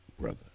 brother